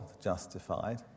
justified